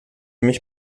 mich